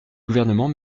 gouvernement